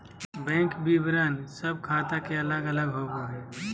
bank विवरण सब ख़ाता के अलग अलग होबो हइ